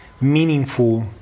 meaningful